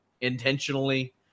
intentionally